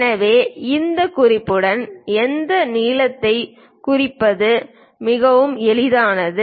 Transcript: எனவே இந்த குறிப்புடன் எந்த நீளத்தைக் குறிப்பது மிகவும் எளிதானது